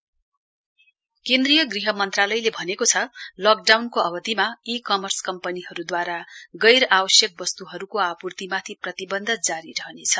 MHA e commerce केन्दरीय गृह मन्त्रालयले भनेको छ लकडाउनको अवधिमा ई कमर्स कम्पनीहरूद्वारा गैर आवश्यक वस्तुहरूको आपूर्तिमाथि प्रतिवन्ध जारी रहनेछ